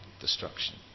destruction